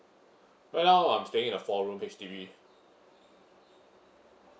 right now I'm staying in a four room H_D_B